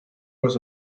was